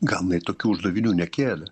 gal jinai tokių uždavinių nekėlė